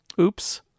Oops